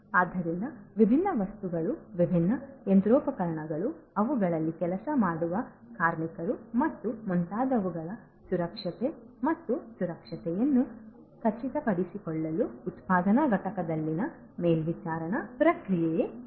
ಆದ್ದರಿಂದ ವಿಭಿನ್ನ ವಸ್ತುಗಳು ವಿಭಿನ್ನ ಯಂತ್ರೋಪಕರಣಗಳು ಅವುಗಳಲ್ಲಿ ಕೆಲಸ ಮಾಡುವ ಕಾರ್ಮಿಕರು ಮತ್ತು ಮುಂತಾದವುಗಳ ಸುರಕ್ಷತೆ ಮತ್ತು ಸುರಕ್ಷತೆಯನ್ನು ಖಚಿತಪಡಿಸಿಕೊಳ್ಳಲು ಉತ್ಪಾದನಾ ಘಟಕದಲ್ಲಿನ ಮೇಲ್ವಿಚಾರಣಾ ಪ್ರಕ್ರಿಯೆ ಇದು